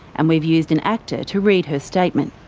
and we've used an actor to read her statement.